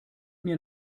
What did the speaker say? mir